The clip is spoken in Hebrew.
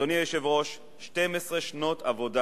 אדוני היושב-ראש, 12 שנות עבודה